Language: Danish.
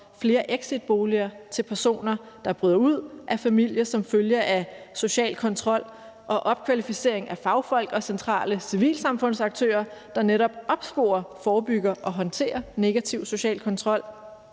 flere exitboliger til personer, der bryder ud af familien som følge af social kontrol; opkvalificering af fagfolk og centrale civilsamfundsaktører, der netop opsporer, forebygger og håndterer negativ social kontrol;